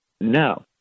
no